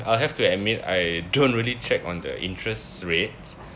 I'll have to admit I don't really check on the interest rates